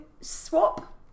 swap